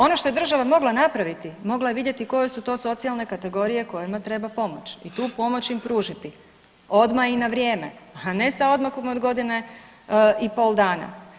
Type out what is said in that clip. Ono što je država mogla napraviti, mogla je vidjeti koje su to socijalne kategorije kojima treba pomoći i tu pomoć im pružiti odmah i na vrijeme, a ne sa odmakom od godine i pol dna.